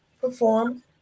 perform